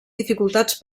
dificultats